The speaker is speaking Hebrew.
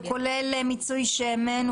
הוא כולל מיצוי שמן,